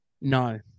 No